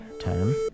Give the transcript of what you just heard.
time